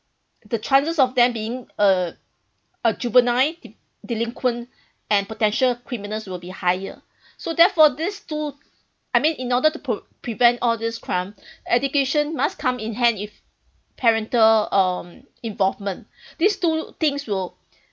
the chances of them being a a juvenile de~ delinquent and potential criminals will be higher so therefore these two I mean in order to pr~ prevent all these crime education must come in hand if parental um involvement these two things will